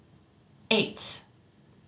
eight